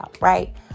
right